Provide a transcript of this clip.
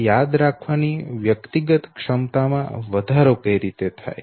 હવે યાદ કરવાની વ્યક્તિગત ક્ષમતા માં વધારો કઈ રીતે થાય